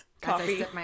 coffee